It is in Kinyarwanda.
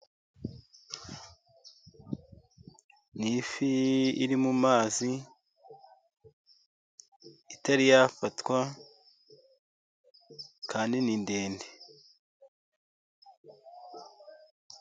Ni ifi iri mu mazi, itari yafatwa kandi ni ndende.